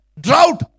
drought